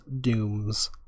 Dooms